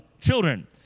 children